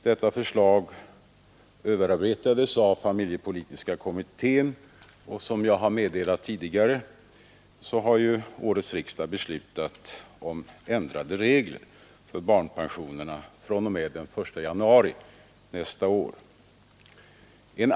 Detta förslag överarbetades av familjepolitiska kommittén, och som jag har nämnt tidigare har årets riksdag beslutat om ändrade regler för barnpensionerna fr.o.m. den 1 januari nästa år.